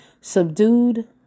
subdued